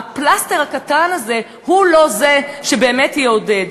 הפלסטר הקטן הזה הוא לא מה שבאמת יעודד.